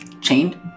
Chained